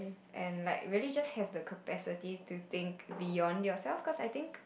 and like really just have the capacity to think beyond yourself cause I think